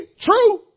True